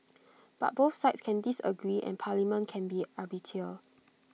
but both sides can disagree and parliament can be arbiter